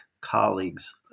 colleagues